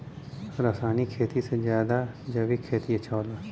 रासायनिक खेती से ज्यादा जैविक खेती अच्छा होला